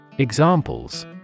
Examples